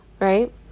right